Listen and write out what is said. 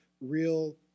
real